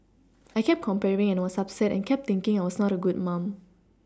I kept comparing and was upset and kept thinking I was not a good mum